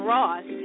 Ross